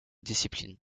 disciplines